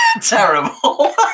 terrible